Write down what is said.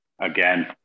again